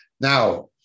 Now